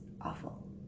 awful